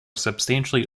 substantially